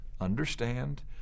understand